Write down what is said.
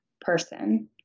person